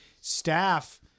staff